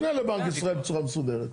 תפנה לבנק ישראל בצורה מסודרת,